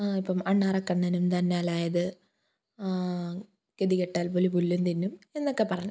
ഇപ്പം അണ്ണാറക്കണ്ണനും തന്നാലായത് ഗതികെട്ടാൽ പുലി പുല്ലും തിന്നും എന്നൊക്കെ പറഞ്ഞ്